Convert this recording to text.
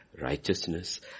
Righteousness